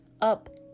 up